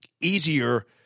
easier